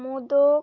modak